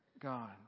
God